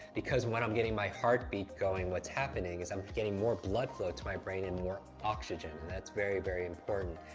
because when i'm getting my heartbeat going, what's happening is i'm getting more blood flow to my brain and more oxygen. and that's very, very important.